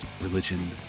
religion